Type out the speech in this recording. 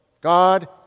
God